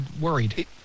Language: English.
worried